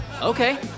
Okay